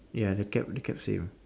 ya the cap the cap same